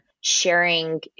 sharing